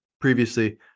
previously